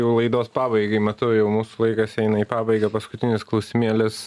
jau laidos pabaigai matau jau mūsų laikas eina į pabaigą paskutinis klausimėlis